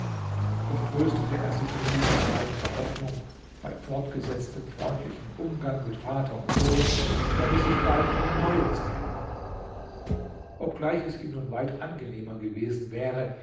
doch tröstete er sich für diesen fall mit der hoffnung bei fortgesetztem freundlichen umgang mit vater und sohn werde sich bald eine neue zeigen obgleich es ihm nun weit angenehmer gewesen wäre